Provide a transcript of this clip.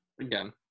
Again